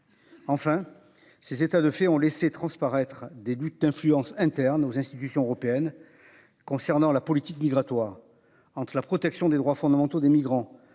Enfin ces états de faits ont laissé transparaître des luttes d'influence interne aux institutions européennes. Concernant la politique migratoire entre la protection des droits fondamentaux des migrants.